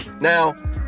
now